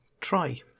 Try